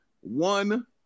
one